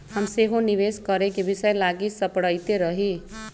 हम सेहो निवेश करेके विषय लागी सपड़इते रही